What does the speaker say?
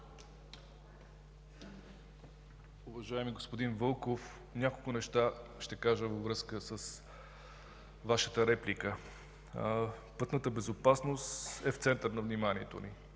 Уважаеми господин Вълков, ще кажа няколко неща във връзка с Вашата реплика. Пътната безопасност е в центъра на вниманието ни,